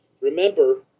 Remember